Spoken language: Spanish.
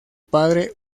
padre